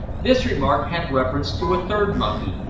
this remark had reference to a third monkey,